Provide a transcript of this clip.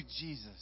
Jesus